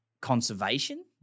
conservation